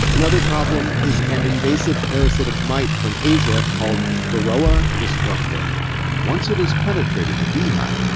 another problem is an invasive parasitic mite from asia called varroa destructor once it has penetrated the beehive,